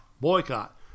boycott